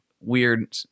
weird